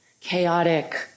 chaotic